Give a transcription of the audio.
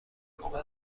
کاملا